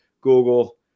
Google